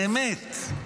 באמת.